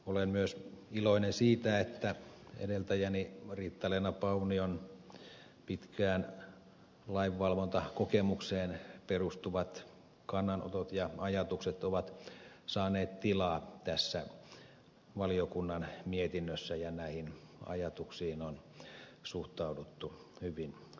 olen myös iloinen siitä että edeltäjäni riitta leena paunion pitkään lainvalvontakokemukseen perustuvat kannanotot ja ajatukset ovat saaneet tilaa tässä valiokunnan mietinnössä ja näihin ajatuksiin on suhtauduttu hyvin myönteisesti